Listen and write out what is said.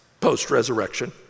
post-resurrection